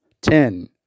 ten